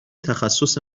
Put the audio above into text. تخصص